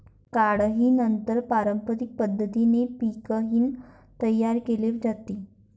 काढणीनंतर पारंपरिक पद्धतीने पीकही तयार केले जाते